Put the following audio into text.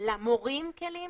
למורים כלים,